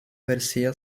garsėja